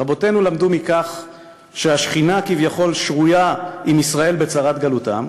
רבותינו למדו מכך שהשכינה כביכול שרויה עם ישראל בצרת גלותם,